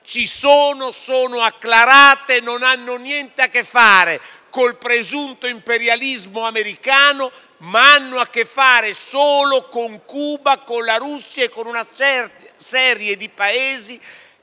ci sono, sono acclarate e non hanno niente a che fare col presunto imperialismo americano, ma hanno a che fare solo con Cuba, con la Russia e con una serie di Paesi,